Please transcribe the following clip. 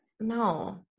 no